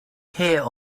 here